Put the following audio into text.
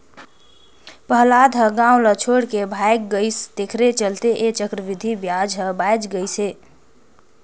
पहलाद ह गाव ल छोएड के भाएग गइस तेखरे चलते ऐ चक्रबृद्धि बियाज हर बांएच गइस हे